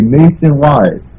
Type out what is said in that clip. nationwide